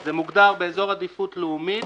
זה מוגדר באיזור עדיפות לאומית